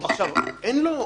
לחוק האמור,